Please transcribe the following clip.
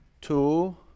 two